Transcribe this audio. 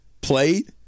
played